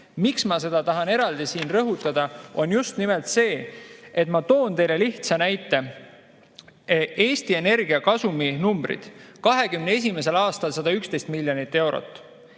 ma seda tahan eraldi siin rõhutada, on just nimelt see. Ma toon teile lihtsa näite. Eesti Energia kasuminumbrid: 2021. aastal 111 miljonit eurot,